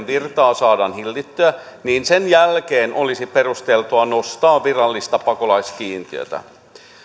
virtaa saadaan hillittyä niin sen jälkeen olisi perusteltua nostaa virallista pakolaiskiintiötä